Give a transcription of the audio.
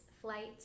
flight